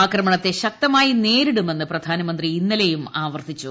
ആക്രമണത്തെ ശക്തമായി നേരിടുമെന്ന് പ്രധാനമന്ത്രി ഇന്നലെയും ആവർത്തിച്ചു